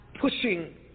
pushing